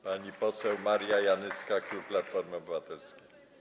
Pani poseł Maria Janyska, klub Platformy Obywatelskiej.